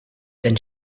then